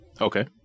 okay